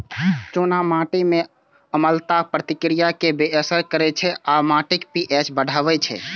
चूना माटि मे अम्लताक प्रतिक्रिया कें बेअसर करै छै आ माटिक पी.एच बढ़बै छै